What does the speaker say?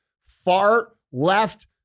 far-left